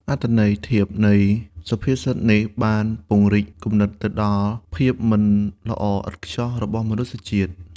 អត្ថន័យធៀបនៃសុភាសិតនេះបានពង្រីកគំនិតទៅដល់ភាពមិនល្អឥតខ្ចោះរបស់មនុស្សជាតិ។